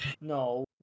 no